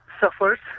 suffers